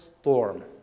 storm